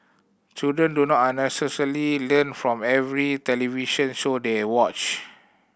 children do not unnecessarily learn from every television show they watch